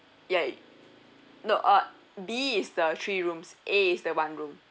ya it no ugh B is the three rooms A is the one room